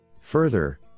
Further